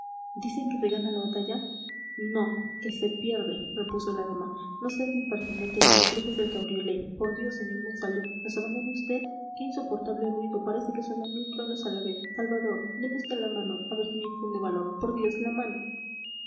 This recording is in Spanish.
dicen que se gana la batalla no que se pierde repuso la dama no seas impertinente ni me estrujes el cabriolé por dios sr monsalud nos abandona vd qué insoportable ruido parece que suenan mil truenos a la vez salvador deme vd la mano a ver si me infunde valor por dios la mano